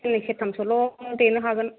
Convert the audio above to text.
दिनै सेरथामसोल' देनो हागोन